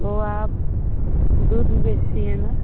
तो आप दूध भी बेचती हैं ना